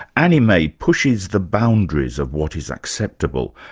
anime pushes the boundaries of what is acceptable,